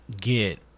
get